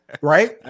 right